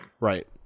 Right